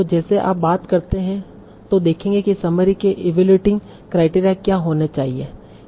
तो जैसे आप बात करते हैं तो देखेंगे कि समरी के इवैल्यूएटिंग क्राइटेरिया क्या होने चाहिए